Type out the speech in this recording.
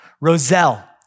Roselle